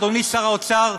אדוני שר האוצר,